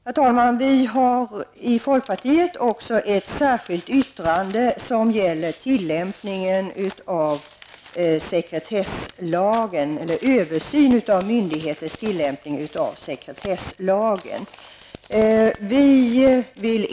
Herr talman! Vi har från folkpartiets sida även ett särskilt yttrande som gäller översyn av myndigheters tillämpning av sekretesslagstiftningen.